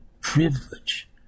privilege